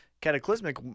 Cataclysmic